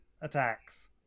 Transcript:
attacks